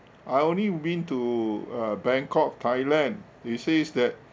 I only been to uh bangkok thailand they say is that